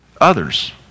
others